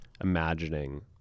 imagining